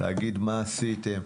להגיד מה עשיתם,